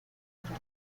laval